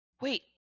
Wait